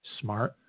smart